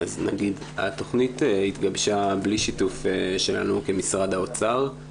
התכנית התגבשה בלי שיתוף שלנו כמשרד האוצר,